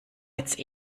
jetzt